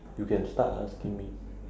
you can start asking me